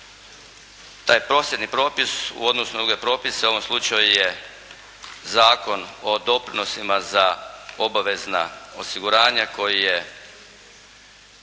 Taj posebni propis u odnosu na druge propise u ovom slučaju je Zakon o doprinosima za obavezna osiguranja koji je